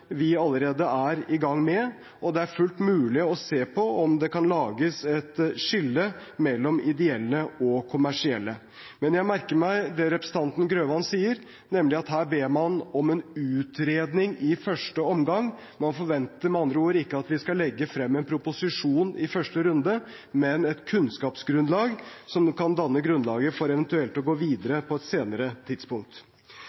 vi allerede er i gang med, og det er fullt mulig å se på om det kan lages et skille mellom ideelle og kommersielle. Men jeg merker meg det representanten Grøvan sier, nemlig at her ber man om en utredning i første omgang. Man forventer med andre ord ikke at vi skal legge frem en proposisjon i første runde, men et kunnskapsgrunnlag som kan danne grunnlaget for eventuelt å gå